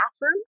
bathroom